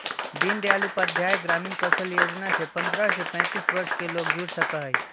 दीन दयाल उपाध्याय ग्रामीण कौशल योजना से पंद्रह से पैतींस वर्ष के लोग जुड़ सका हई